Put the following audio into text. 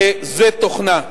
וזה תוכנה.